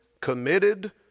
committed